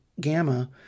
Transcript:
Gamma